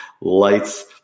lights